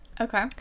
okay